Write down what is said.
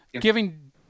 giving